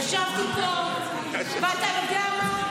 ישבתי פה, ואתה יודע מה?